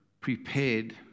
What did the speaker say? prepared